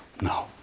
No